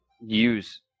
Use